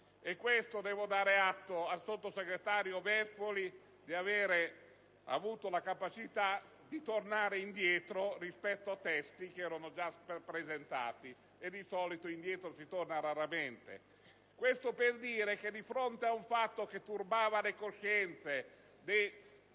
Devo dare atto al sottosegretario Viespoli di aver avuto la capacità di tornare indietro rispetto a testi che erano stati già presentati, mentre di solito indietro si torna raramente. Questo per dire che, di fronte ad un fatto che turbava le coscienze,